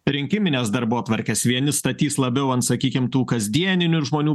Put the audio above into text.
rinkimines darbotvarkes vieni statys labiau ant sakykim tų kasdieninių žmonių